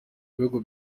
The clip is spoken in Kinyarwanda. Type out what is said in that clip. bihugu